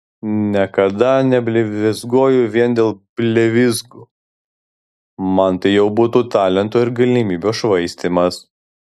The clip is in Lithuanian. niekada neblevyzgoju vien dėl blevyzgų man tai jau būtų talento ir galimybių švaistymas